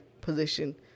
position